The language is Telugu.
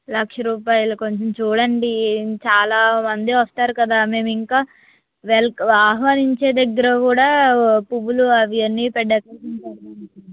లక్ష రూపాయలు కొంచెం చూడండి చాలా మంది వస్తారు కదా మేము ఇంకా వెల్ ఆహ్వానించే దగ్గర కూడా పూలు అవి అన్ని డెకరేషన్